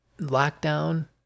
lockdown